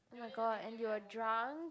oh-my-god and you were drunk